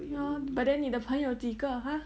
your but then 你的朋友几个 !huh!